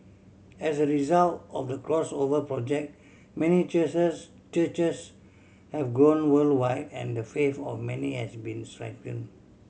as a result of the Crossover Project many churches have grown worldwide and the faith of many has been strengthen